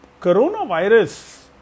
coronavirus